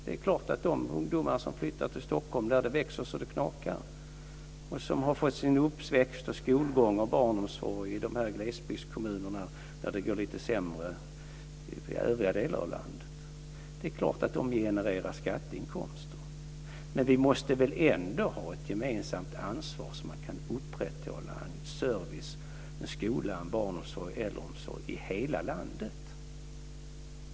Det är klart att de ungdomar som flyttar till Stockholm, där det växer så det knakar, och som har fått sin uppväxt, skolgång och barnomsorg i glesbygdskommunerna i övriga delar av landet, där det går lite sämre, genererar skatteinkomster. Men vi måste väl ändå ha ett gemensamt ansvar så att det går att upprätthålla en service med skola, barnomsorg och äldreomsorg i hela landet.